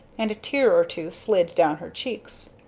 and a tear or two slid down her cheeks.